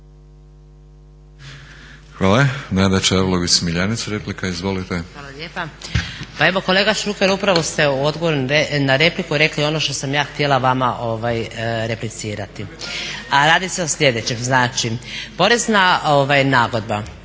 Izvolite. **Čavlović Smiljanec, Nada (SDP)** Hvala lijepa. Pa evo kolega Šuker, upravo ste u odgovoru na repliku rekli ono što sam ja htjela vama replicirati a radi se o sljedećem. Znači, porezna nagodba